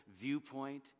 viewpoint